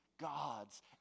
God's